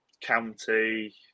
County